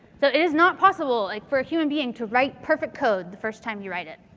so it is not possible for a human being to write perfect code the first time you write it.